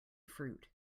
fruit